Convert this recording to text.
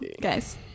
guys